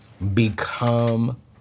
Become